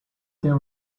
that